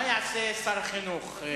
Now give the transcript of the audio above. מה יעשה שר החינוך,